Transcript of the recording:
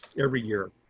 every year.